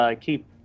keep